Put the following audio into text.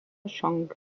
chang